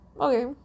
okay